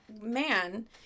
man